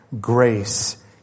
grace